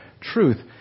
truth